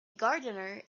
gardener